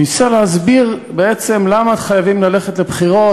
שניסה להסביר בעצם למה חייבים ללכת לבחירות